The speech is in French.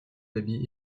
dhabi